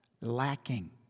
lacking